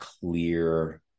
clear